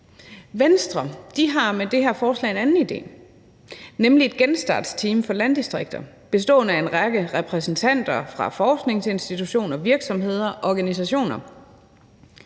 Venstre har med det her forslag en anden idé, nemlig et genstartsteam for landdistrikter bestående af en række repræsentanter fra forskningsinstitutioner, virksomheder og organisationer.